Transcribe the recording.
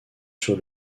sur